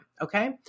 Okay